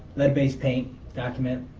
lead-based paint document.